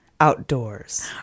Outdoors